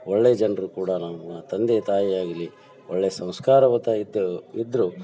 ಒಳ್ಳೆಯ ಜನರು ಕೂಡ ನನ್ನ ತಂದೆ ತಾಯಿ ಆಗಲಿ ಒಳ್ಳೆಯ ಸಂಸ್ಕಾರವಂತ ಇದ್ದು ಇದ್ದರು